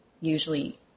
usually